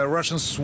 Russians